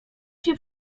się